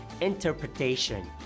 interpretation